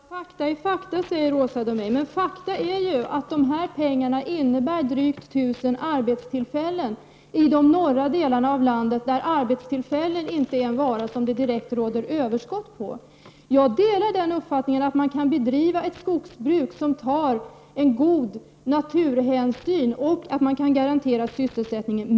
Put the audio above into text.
Fru talman! Fakta är fakta, säger Åsa Domeij. Men fakta är att de här pengarna innebär drygt 1000 arbetstillfällen — i de norra delarna av landet, där arbetstillfällen är en vara som det inte direkt råder ett överskott på. Jag delar uppfattningen att man kan bedriva ett skogsbruk som tar god naturhänsyn och att man kan garantera sysselsättningen.